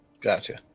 Gotcha